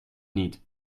niet